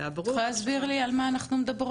שעברו הכשרות --- את יכולה להסביר לי על מה אנחנו מדברות?